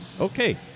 okay